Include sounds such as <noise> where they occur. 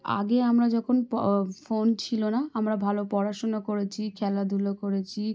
আগে আমরা যখন প <unintelligible> ফোন ছিল না আমরা ভালো পড়াশুনা করেছি খেলাধুলো করেছি